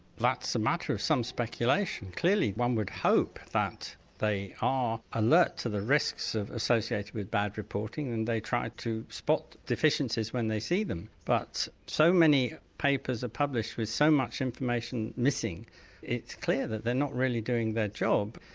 that's a matter of some speculation. clearly one would hope that they are alert to the risks associated with bad reporting and they try to spot deficiencies when they see them. but so many papers are published with so much information missing it's clear that they're not really doing their job.